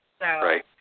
Right